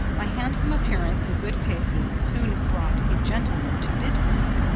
my handsome appearance and good paces soon brought a gentleman to bid for me,